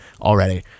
already